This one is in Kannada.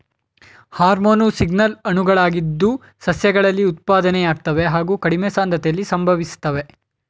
ಹಾರ್ಮೋನು ಸಿಗ್ನಲ್ ಅಣುಗಳಾಗಿದ್ದು ಸಸ್ಯಗಳಲ್ಲಿ ಉತ್ಪತ್ತಿಯಾಗ್ತವೆ ಹಾಗು ಕಡಿಮೆ ಸಾಂದ್ರತೆಲಿ ಸಂಭವಿಸ್ತವೆ